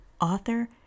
author